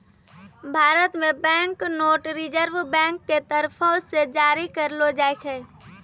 भारत मे bank note reserve bank के तरफो से जारी करलो जाय छै